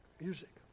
Music